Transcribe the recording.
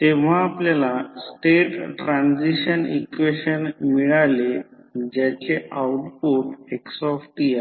तेव्हा आपल्याला state transition equation मिळाले ज्याचे आउटपुट xt आहे